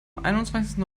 einundzwanzigsten